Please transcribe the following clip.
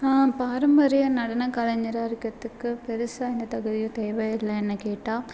பாரம்பரிய நடன கலைஞராக இருக்கிறத்துக்கு பெருசாக என்ன தகுதியும் தேவை இல்லை என்ன கேட்டா